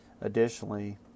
Additionally